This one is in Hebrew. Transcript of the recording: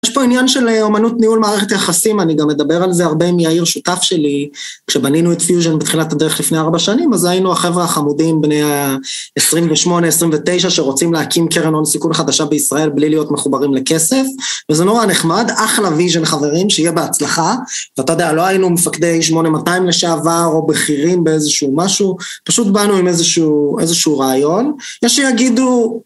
יש פה עניין של אומנות ניהול מערכת יחסים, אני גם מדבר על זה הרבה עם יאיר שותף שלי, כשבנינו את פיוז'ן בתחילת הדרך לפני ארבע שנים, אז היינו החברה החמודים בני ה-28, 29, שרוצים להקים קרן הון סיכון חדשה בישראל בלי להיות מחוברים לכסף, וזה נורא נחמד, אחלה ויז'ן חברים, שיהיה בהצלחה, ואתה יודע, לא היינו מפקדי 8200 לשעבר, או בכירים באיזשהו משהו, פשוט באנו עם איזשהו רעיון. יש שיגידו,